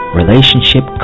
relationship